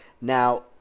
now